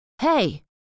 hey